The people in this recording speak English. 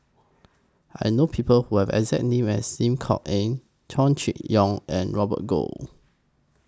I know People Who Have The exact name as Lim Kok Ann Chow Chee Yong and Robert Goh